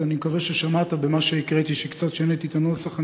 אז אני מקווה ששמעת במה שהקראתי שקצת שיניתי את הנוסח.